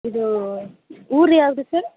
ಇದು ಊರು ಯಾವುದು ಸರ್